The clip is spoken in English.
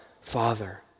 Father